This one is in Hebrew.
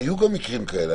היו גם מקרים כאלה,